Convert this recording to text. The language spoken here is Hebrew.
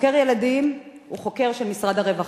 חוקר ילדים הוא חוקר של משרד הרווחה.